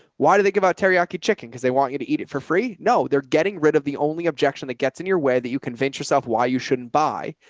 why do they give out teriyaki chicken? because they want you to eat it for free? no, they're getting rid of the only objection that gets in your way that you convince yourself why you shouldn't buy,